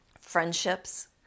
friendships